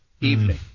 evening